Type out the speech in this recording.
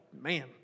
man